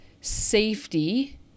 safety